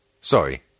sorry